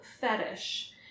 fetish